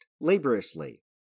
laboriously